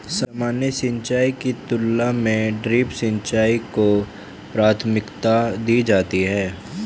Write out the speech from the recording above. सामान्य सिंचाई की तुलना में ड्रिप सिंचाई को प्राथमिकता दी जाती है